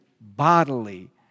bodily